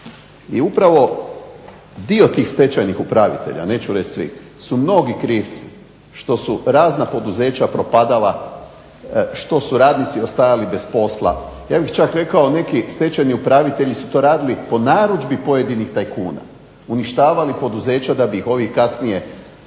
I upravo dio tih stečajnih upravitelja, neću reći svi, su mnogi krivci što su razna poduzeća propadala, što su radnici ostajali bez posla. Ja bih čak rekao neki stečajni upravitelji su to radili po narudžbi pojedinih tajkuna, uništavali poduzeća da bi ih ovi kasnije